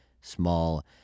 small